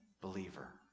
believer